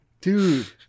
dude